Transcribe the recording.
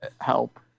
help